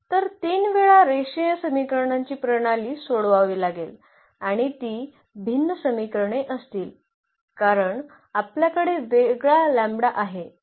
तर 3 वेळा रेषीय समीकरणांची प्रणाली सोडवावी लागेल आणि ती भिन्न समीकरणे असतील कारण आपल्याकडे वेगळा लॅम्बडा आहे